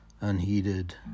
unheeded